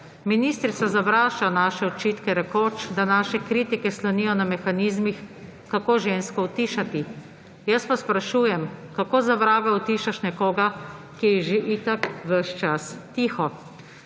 Ministrica zavrača naše očitke, rekoč, da naše kritike slonijo na mehanizmih, kako žensko utišati. Jaz pa sprašujem, kako za vraga utišaš nekoga, ki je že itak ves čas tiho.